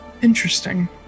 Interesting